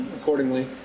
accordingly